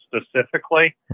specifically